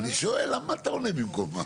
אני שואל, למה אתה ענה לי במקומם?